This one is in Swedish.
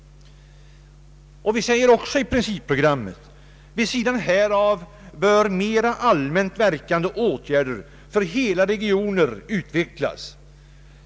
Vid sidan härav bör mera allmänt verkande åtgärder för hela regioner utvecklas.